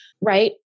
right